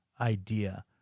idea